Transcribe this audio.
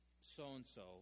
so-and-so